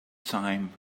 time